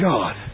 God